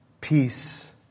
Peace